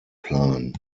plan